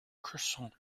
croissant